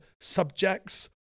subjects